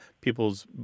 people's